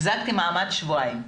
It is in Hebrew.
החזקתי מעמד שבועיים.